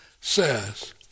says